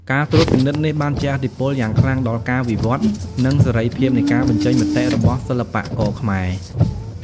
ការត្រួតពិនិត្យនេះបានជះឥទ្ធិពលយ៉ាងខ្លាំងដល់ការវិវត្តន៍ និងសេរីភាពនៃការបញ្ចេញមតិរបស់សិល្បករខ្មែរ។